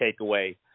takeaway